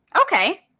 Okay